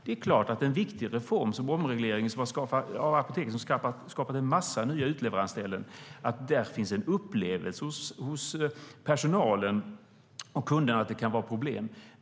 Det är klart att det med en viktig reform som omregleringen av apoteken som har skapat en massa nya utleveransställen kan finnas en upplevelse hos personal och kunder att det finns problem.